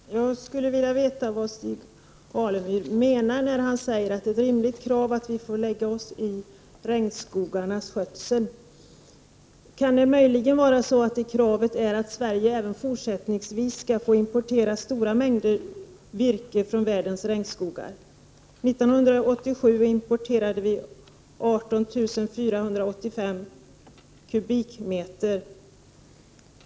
Fru talman! Jag skulle vilja veta vad Stig Alemyr menar när han säger att det är ett rimligt krav att vi får lägga oss i regnskogarnas skötsel. Kan det kravet möjligen vara att Sverige även fortsättningsvis skall få importera stora mängder virke från världens regnskogar? 1987 importerade vi 18 485 kubikmeter.